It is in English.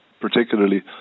particularly